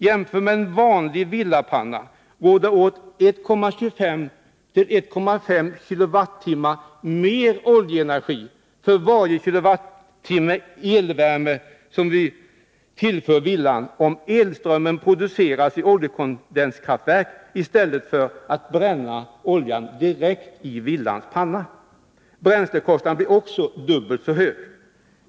Jämfört med en vanlig villapanna går det åt 1,25-1,5 kWh mer oljeenergi för varje kWh elvärme som vi tillför villan, om elströmmen produceras i oljekondenskraftverk i stället för att oljan bränns direkt i villans egen panna. Bränslekostnaden blir alltså dubbelt så hög.